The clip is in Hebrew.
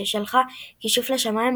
ששלחה כישוף לשמיים,